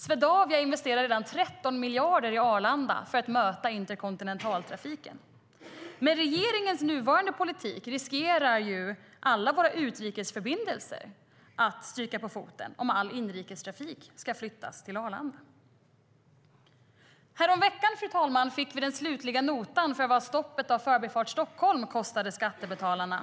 Swedavia investerar redan 13 miljarder i Arlanda för att möta interkontinentaltrafiken. Med regeringens nuvarande politik riskerar alla våra utrikesförbindelser att få stryka på foten om all inrikestrafik ska flyttas till Arlanda. Fru talman! Häromveckan fick vi den slutliga notan på vad stoppet av Förbifart Stockholm kostade skattebetalarna.